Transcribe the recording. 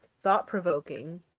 thought-provoking